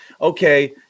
okay